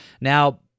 Now